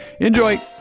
Enjoy